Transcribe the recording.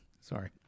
Sorry